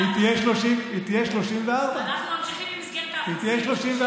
30. אז היא תהיה 34. אנחנו ממשיכים במסגרת האפסים.